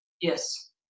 Yes